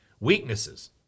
Weaknesses